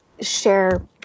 share